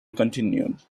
continued